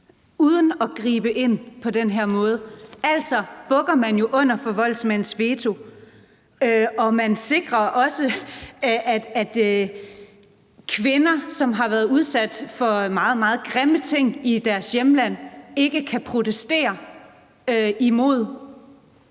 uden at gribe ind på den her måde. Altså bukker man jo under for voldsmænds veto, og man sikrer også, at kvinder, som har været udsat for meget, meget grimme ting i deres hjemland, ikke kan protestere imod